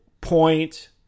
point